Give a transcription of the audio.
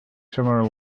similar